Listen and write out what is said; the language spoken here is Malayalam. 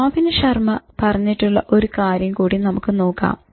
റോബിൻ ശർമ്മ പറഞ്ഞിട്ടുള്ള ഒരു കാര്യം കൂടി നമുക്ക് നോക്കാം